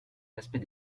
l’aspect